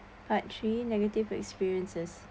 part three negative experiences